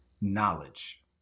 knowledge